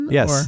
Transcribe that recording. Yes